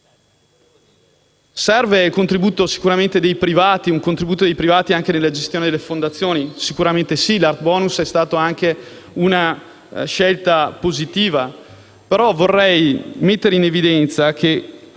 Serve il contributo dei privati, anche nella gestione delle fondazioni? Sicuramente sì, l'*art bonus* è stata una scelta positiva. Vorrei però mettere in evidenza che